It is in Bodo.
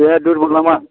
देहाया दुरबल नामा